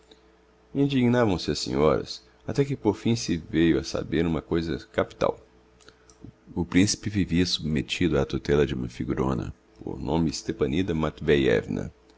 indignavam se as senhoras até que por fim se veiu a saber uma coisa capital o principe vivia submettido á tutella de uma figurona por nome stepanida matveiévna